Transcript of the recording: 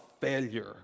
failure